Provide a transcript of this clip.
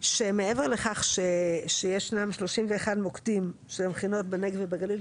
מעבר לכך שיש לנו 31 מוקדים של המכינות בנגב ובגליל,